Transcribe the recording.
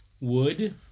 wood